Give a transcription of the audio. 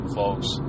folks